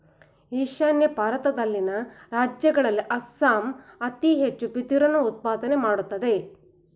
ಈಶಾನ್ಯ ಭಾರತದಲ್ಲಿನ ರಾಜ್ಯಗಳಲ್ಲಿ ಅಸ್ಸಾಂ ಅತಿ ಹೆಚ್ಚು ಬಿದಿರಿನ ಉತ್ಪಾದನೆ ಮಾಡತ್ತದೆ